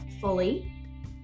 fully